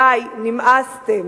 די, נמאסתם,